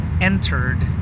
entered